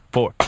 Four